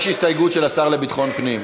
יש הסתייגות של השר לביטחון הפנים.